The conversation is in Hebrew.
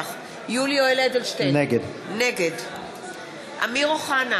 יולי יואל אדלשטיין, נגד אמיר אוחנה,